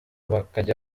bakajya